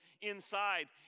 inside